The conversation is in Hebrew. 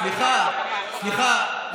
סליחה,